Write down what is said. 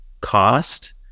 cost